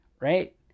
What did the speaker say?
right